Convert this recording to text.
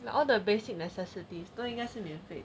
like all the basic necessities 都应该是免费